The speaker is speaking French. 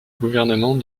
gouvernement